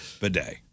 bidet